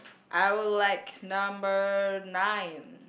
I will like number nine